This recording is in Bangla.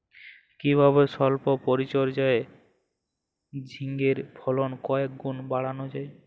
কিভাবে সল্প পরিচর্যায় ঝিঙ্গের ফলন কয়েক গুণ বাড়ানো যায়?